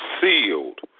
sealed